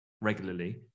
regularly